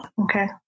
Okay